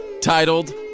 titled